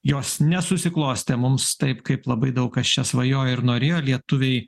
jos nesusiklostė mums taip kaip labai daug kas čia svajojo ir norėjo lietuviai